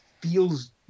feels